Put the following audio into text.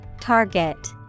Target